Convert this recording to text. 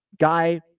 guy